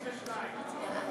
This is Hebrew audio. ב-22.